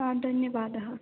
आं धन्यवादः